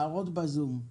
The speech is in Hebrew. הערות בזום.